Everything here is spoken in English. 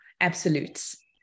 absolutes